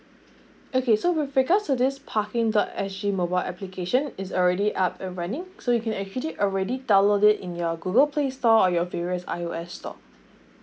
okay so with regards to this parking dot S G mobile application is already up and running so you can actually already downloaded it in your google play store or your various I_O_S store